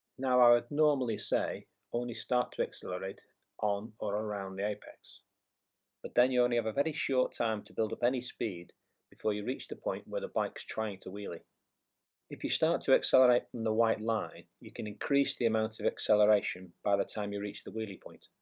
now i would normally say only start to accelerate on or around the apex but then you only have a very short time to build up any speed before you reach the point where the bike's trying to wheelie if you start to accelerate from the white line you can increase the amount of acceleration by the time you reach the wheelie point,